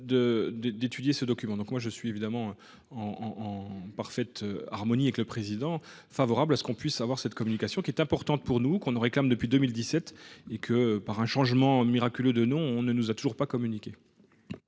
d'étudier ce document donc moi je suis évidemment en en parfaite harmonie avec le président favorable à ce qu'on puisse avoir cette communication qui est importante pour nous qu'on ne réclame depuis 2017 et que par un changement miraculeux de non, on ne nous a toujours pas communiqué.